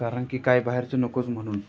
कारण की काय बाहेरचं नकोच म्हणून